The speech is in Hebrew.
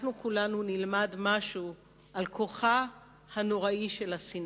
אנחנו, כולנו, נלמד משהו על כוחה הנורא של השנאה,